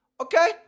Okay